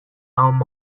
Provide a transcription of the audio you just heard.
عام